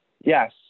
Yes